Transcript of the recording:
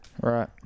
Right